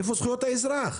איפה זכויות האזרח?